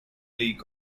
league